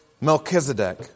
Melchizedek